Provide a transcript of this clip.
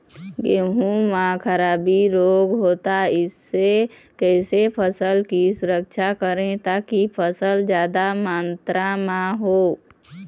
गेहूं म खराबी रोग होता इससे कैसे फसल की सुरक्षा करें ताकि फसल जादा मात्रा म हो?